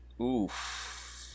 oof